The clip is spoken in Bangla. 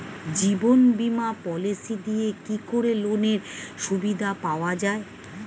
জীবন বীমা পলিসি দিয়ে কি লোনের সুবিধা পাওয়া যায়?